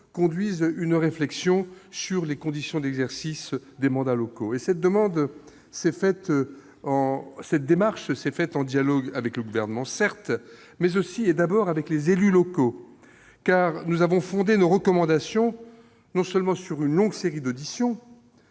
conduise une réflexion sur les conditions d'exercice des mandats locaux. Cette démarche s'est faite en dialogue avec le Gouvernement, certes, mais aussi, et d'abord, avec les élus locaux. Nous avons fondé nos recommandations sur une longue série d'auditions,